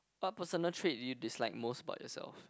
what personal trait do you dislike most about yourself